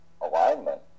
alignment